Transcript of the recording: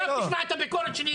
אתה תשמע את הביקורת שלי.